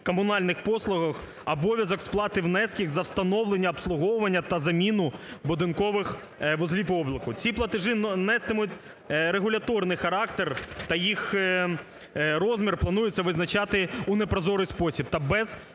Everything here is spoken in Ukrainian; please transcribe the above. комунальних послуг обов'язок сплати внесків за встановлення обслуговування та заміну будинкових вузлів обліку. Ці платежі нестимуть регуляторний характер та їх розмір планується визначати у непрозорий спосіб та без врахування